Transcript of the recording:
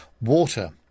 water